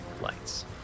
lights